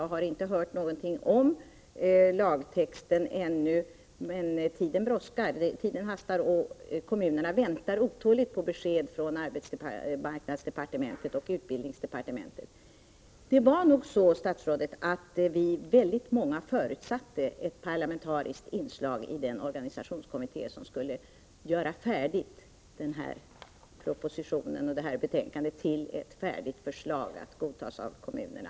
Jag har inte hört någonting om lagtexten ännu, men det hastar och kommunerna väntar otåligt på besked från arbetsmarknadsdepartementet och utbildningsdepartementet. Det var nog så, statsrådet, att vi var många som förutsatte ett parlamentariskt inslag i den organisationskommitté som skulle göra propositionen och betänkandet till ett färdigt förslag att godtas av kommunerna.